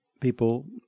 people